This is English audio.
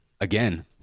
again